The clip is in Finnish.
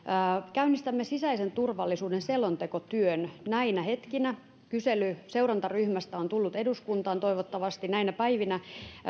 käynnistämme sisäisen turvallisuuden selontekotyön näinä hetkinä kysely seurantaryhmästä on tullut eduskuntaan toivottavasti näinä päivinä